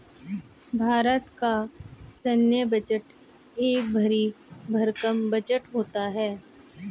भारत का सैन्य बजट एक भरी भरकम बजट होता है